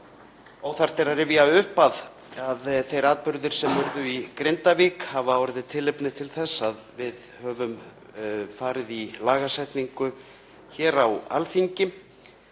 Óþarft er að rifja upp að þeir atburðir sem urðu í Grindavík hafa orðið tilefni til þess að við höfum farið í lagasetningu hér á Alþingi